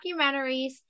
documentaries